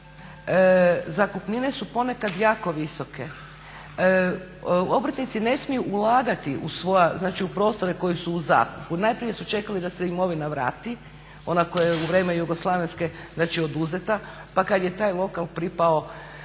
Zakupnine su ponekad jako visoke. Obrtnici ne smiju ulagati u prostore koji su u zakupu. Najprije su čekali da se imovina vrati, ona koja je u vrijeme jugoslavenske znači oduzeta, pa kad je taj lokal pripao,